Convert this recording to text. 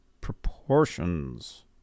proportions